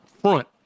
front